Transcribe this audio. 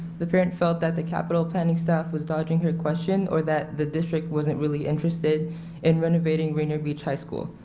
the parent felt that the capital planning staff was dodging her question, or that the district wasn't really interested in renovating rainier beach high school.